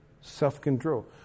self-control